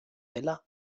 dela